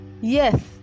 yes